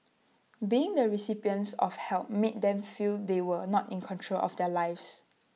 being the recipients of help made them feel they were not in control of their lives